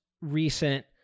Recent